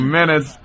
minutes